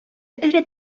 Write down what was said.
эре